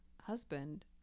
husband